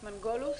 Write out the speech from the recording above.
מנגלוס.